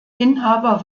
inhaber